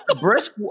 brisk